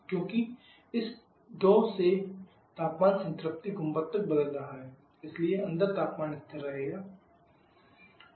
क्योंकि इस 2 से तापमान संतृप्ति गुंबद तक बदल रहा है लेकिन अंदर तापमान स्थिर रहता है